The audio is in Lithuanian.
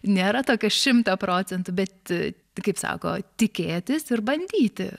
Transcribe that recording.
nėra tokio šimto procentų bet kaip sako tikėtis ir bandyti